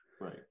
Right